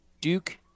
Duke